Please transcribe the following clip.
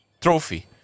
trophy